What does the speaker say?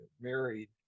married